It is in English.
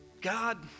God